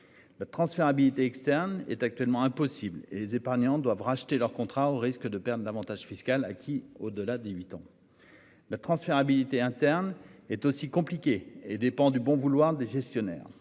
De transférabilité externe est actuellement impossible. Les épargnants doivent racheter leur contrat au risque de perdre l'Avantage fiscal à qui au au-delà des 8 ans. La transférabilité interne est aussi compliquée et dépend du bon vouloir des gestionnaires